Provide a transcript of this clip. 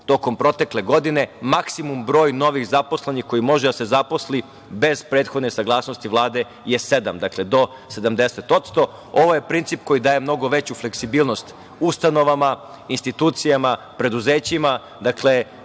tokom protekle godine, maksimum broj novozaposlenih koji može da se zaposli, bez prethodne saglasnosti Vlade je sedam. Dakle, do 70%. Ovo je princip koji daje mnogo veću fleksibilnost ustanovama institucijama, preduzećima, dakle,